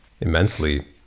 immensely